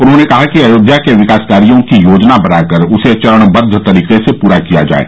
उन्होंने कहा कि अयोध्या के विकास कार्यो की योजना बनाकर उसे चरणबद्व तरीके से पूरा किया जाये